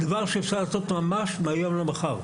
זהו דבר שאפשר לעשות ממש מהיום למחר.